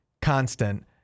constant